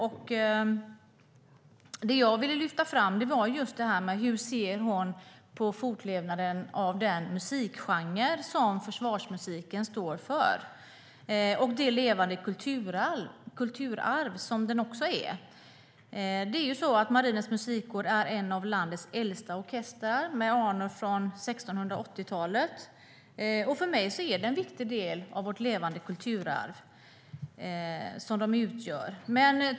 Det som jag ville lyfta fram var hur hon ser på fortlevnaden av den musikgenre som försvarsmusiken står för och det levande kulturarv som den också är. Marinens Musikkår är en av landets äldsta orkestrar med anor från 1680-talet. För mig utgör den en viktig del av vårt levande kulturarv.